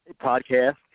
podcast